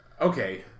okay